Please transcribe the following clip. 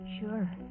Sure